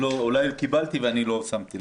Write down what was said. אולי קיבלתי ולא שמתי לב.